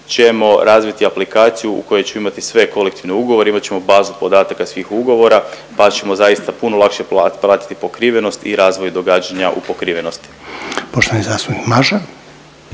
ćemo razviti aplikaciju u kojoj će imat sve kolektivne ugovore, imat ćemo bazu podataka svih ugovora pa ćemo zaista puno lakše pratiti pokrivenost i razvoj događanja u pokrivenosti.